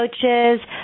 coaches